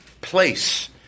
place